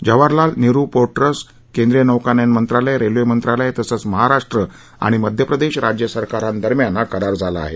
Jawaharlal Nehru port trust केंद्रीय नौकानयन मंत्रालय रेल्वे मंत्रालय तसंच महाराष्ट्र आणि मध्यप्रदेश राज्यसरकार दरम्यान हा करार झाला आहे